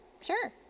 Sure